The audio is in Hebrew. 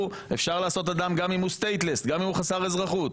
אפשר לעשות אדם גם אם הוא חסר אזרחות.